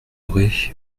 aurez